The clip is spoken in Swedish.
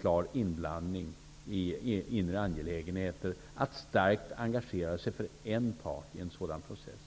klar inblandning i inre angelägenheter att starkt engagera sig för en part i en sådan process.